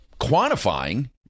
quantifying